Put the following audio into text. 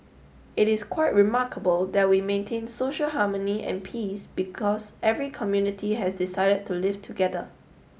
it is quite remarkable that we maintain social harmony and peace because every community has decided to live together